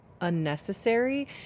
unnecessary